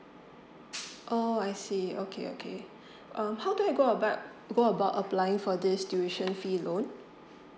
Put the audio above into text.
oh I see okay okay um how do I go about go about applying for this tuition fee loan